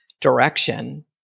direction